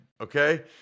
okay